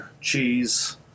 cheese